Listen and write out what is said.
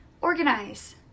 organize